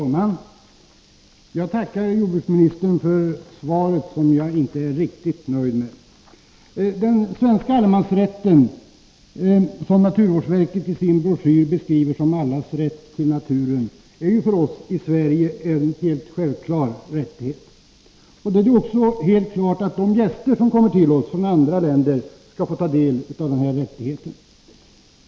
Herr talman! Jag tackar jordbruksministern för svaret, som jag inte är riktigt nöjd med. Den svenska allemansrätten, som naturvårdsverket i sin broschyr beskriver som allas rätt till naturen, är för oss i Sverige en självklar rättighet. Det är också helt klart att de gäster som kommer till oss från andra länder skall få ta del av denna rättighet.